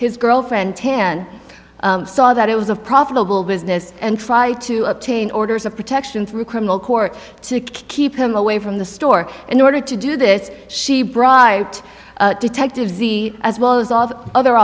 his girlfriend ten saw that it was a profitable business and try to obtain orders of protection from a criminal court to keep them away from the store in order to do this she bribed detectives as well as all of other